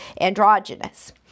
androgynous